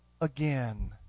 again